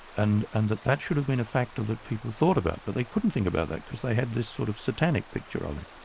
and and that that should have been a factor that people thought about. but they couldn't think about that, because they had this sort of satanic picture of him.